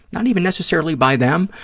not even necessarily by them,